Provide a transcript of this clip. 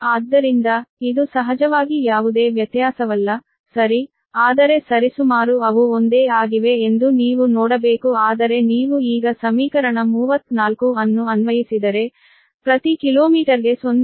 ಆದ್ದರಿಂದ ಇದು ಸಹಜವಾಗಿ ಯಾವುದೇ ವ್ಯತ್ಯಾಸವಲ್ಲ ಸರಿ ಆದರೆ ಸರಿಸುಮಾರು ಅವು ಒಂದೇ ಆಗಿವೆ ಎಂದು ನೀವು ನೋಡಬೇಕು ಆದರೆ ನೀವು ಈಗ ಸಮೀಕರಣ 34 ಅನ್ನು ಅನ್ವಯಿಸಿದರೆ ಪ್ರತಿ ಕಿಲೋಮೀಟರ್ಗೆ 0